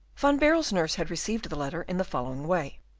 van baerle's nurse had received the letter in the following way.